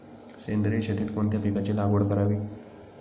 सेंद्रिय शेतीत कोणत्या पिकाची लागवड करावी?